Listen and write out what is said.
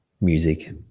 Music